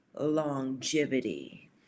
longevity